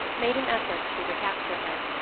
made an effort to recapture her.